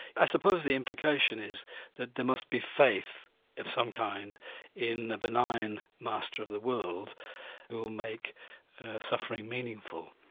i suppose the implication is that there must be faith of some kind in the benign master of the world who will make suffering meaningful.